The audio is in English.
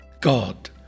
God